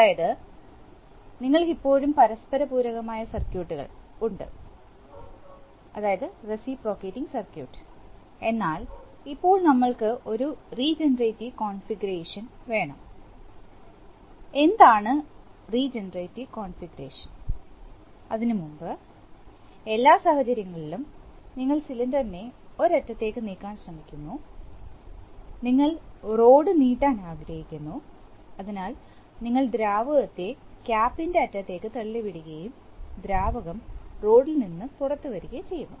അതായത് ഞങ്ങൾക്ക് ഇപ്പോഴും പരസ്പര പൂരകമായ സർക്യൂട്ടുകൾ ഉണ്ട് എന്നാൽ ഇപ്പോൾ നമ്മൾക്ക് ഒരു റീജനറേടിവ് കോൺഫിഗറേഷൻ വേണം എന്താണ് പുനരുൽപ്പാദന കോൺഫിഗറേഷൻ അതിന് മുമ്പ് എല്ലാ സാഹചര്യങ്ങളിലും നിങ്ങൾ സിലിണ്ടറിനെ ഒരറ്റത്തേക്ക് നീക്കാൻ ശ്രമിക്കുന്നു നിങ്ങൾ റോഡ് നീട്ടാൻ ആഗ്രഹിക്കുന്നു അതിനാൽ നിങ്ങൾ ദ്രാവകത്തെ ക്യാപ്ൻറെ അറ്റത്തേക്ക് തള്ളിവിടുകയും ദ്രാവകം റോഡിൽ നിന്ന് പുറത്തുവരുകയും ചെയ്യുന്നു